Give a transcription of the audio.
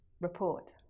report